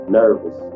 nervous